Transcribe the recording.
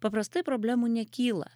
paprastai problemų nekyla